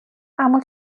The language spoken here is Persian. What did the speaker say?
اما